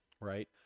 Right